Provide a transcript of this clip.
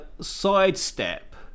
sidestep